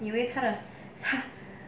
你以为他的 ha